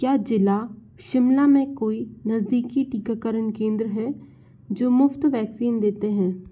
क्या ज़िला शिमला में कोई नज़दीकी टीकाकरण केंद्र हैं जो मुफ़्त वैक्सीन देते हैं